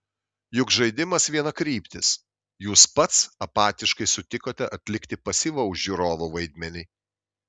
juk žaidimas vienakryptis jūs pats apatiškai sutikote atlikti pasyvaus žiūrovo vaidmenį